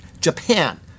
Japan